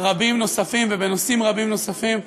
רבים נוספים ובנושאים רבים נוספים,